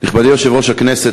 נכבדי יושב-ראש הכנסת,